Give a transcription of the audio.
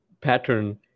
pattern